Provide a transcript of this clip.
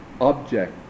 object